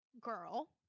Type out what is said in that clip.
girl